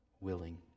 willing